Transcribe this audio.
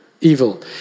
Evil